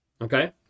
okay